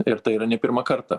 ir tai yra ne pirmą kartą